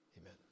Amen